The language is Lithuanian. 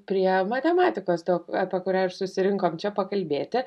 prie matematikos daug apie kurią ir susirinkom čia pakalbėti